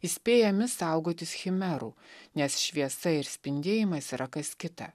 įspėjami saugotis chimerų nes šviesa ir spindėjimas yra kas kita